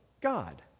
God